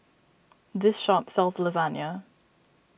this shop sells Lasagne